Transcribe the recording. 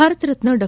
ಭಾರತ ರತ್ನ ಡಾ